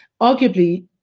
Arguably